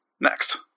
Next